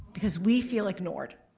because we feel ignored.